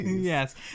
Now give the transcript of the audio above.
yes